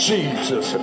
Jesus